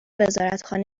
وزارتخانه